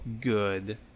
good